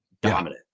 dominant